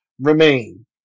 remain